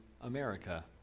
America